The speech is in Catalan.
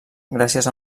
gràcies